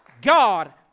God